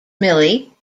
millie